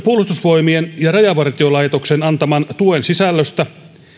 puolustusvoimien ja rajavartiolaitoksen antaman tuen sisällöstä